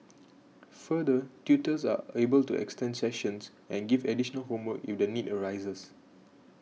further tutors are able to extend sessions and give additional homework if the need arises